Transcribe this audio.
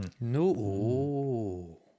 No